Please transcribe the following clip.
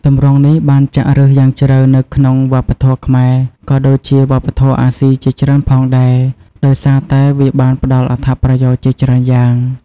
ទម្រង់នេះបានចាក់ឫសយ៉ាងជ្រៅនៅក្នុងវប្បធម៌ខ្មែរ ក៏ដូចជាវប្បធម៌អាស៊ីជាច្រើនផងដែរ ដោយសារតែវាបានផ្តល់អត្ថប្រយោជន៍ជាច្រើនយ៉ាង។